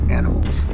animals